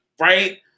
right